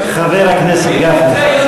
חבר הכנסת גפני.